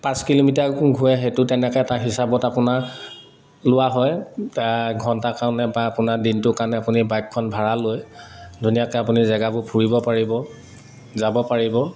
পাঁচ কিলোমিটাৰ ঘূৰে সেইটো তেনেকৈ তাৰ হিচাপত আপোনাৰ লোৱা হয় ঘণ্টা কাৰণে বা আপোনাৰ দিনটোৰ কাৰণে আপুনি বাইকখন ভাড়া লৈ ধুনীয়াকৈ আপুনি জেগাবোৰ ফুৰিব পাৰিব যাব পাৰিব